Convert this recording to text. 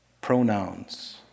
Pronouns